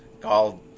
called